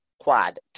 quad